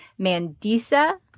Mandisa